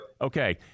Okay